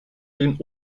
den